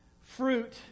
fruit